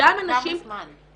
שגם אנשים -- כמה זמן?